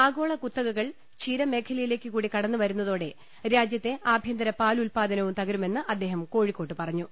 ആഗോള കുത്ത കകൾ ക്ഷീരമേഖലയിലേക്കുകൂടി കടന്നുവരുന്നതോടെ രാജ്യത്തെ ആഭ്യ ന്തര പാലുൽപാദനവും തകരുമെന്ന് അദ്ദേഹം കോഴിക്കോട്ട് പറഞ്ഞു